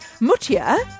Mutia